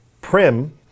Prim